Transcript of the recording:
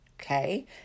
okay